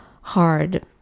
hard